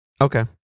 Okay